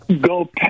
go